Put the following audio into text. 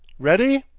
ready?